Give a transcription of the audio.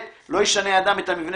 אנחנו מנסים ליישר את הכול --- המשפט